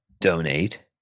donate